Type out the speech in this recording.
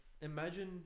imagine